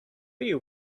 you